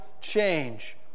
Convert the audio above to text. change